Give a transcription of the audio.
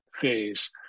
phase